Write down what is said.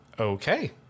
Okay